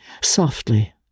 softly